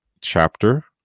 chapter